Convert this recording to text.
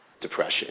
depression